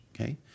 okay